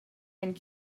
and